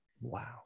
Wow